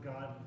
God